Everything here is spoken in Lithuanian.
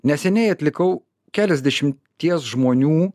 neseniai atlikau keliasdešimties žmonių